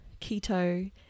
keto